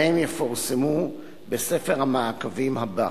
והם יפורסמו בספר המעקבים הבא.